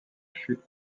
chute